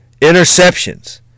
Interceptions